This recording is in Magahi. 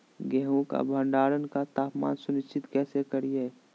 गेहूं का भंडारण का तापमान सुनिश्चित कैसे करिये?